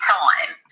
time